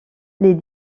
les